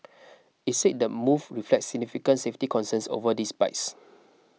it said the move reflects significant safety concerns over these bikes